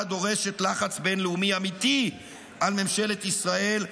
הדורשת לחץ בין-לאומי אמיתי על ממשלת ישראל,